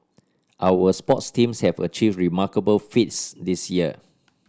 our sports teams have achieved remarkable feats this year